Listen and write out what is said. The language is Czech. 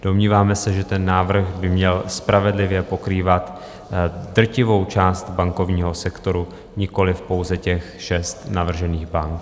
Domníváme se, že návrh by měl spravedlivě pokrývat drtivou část bankovního sektoru, nikoliv pouze šest navržených bank.